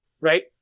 right